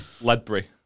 Ledbury